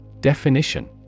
Definition